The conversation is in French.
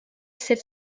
sept